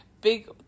big